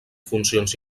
funcions